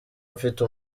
mfite